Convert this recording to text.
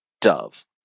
Dove